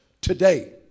today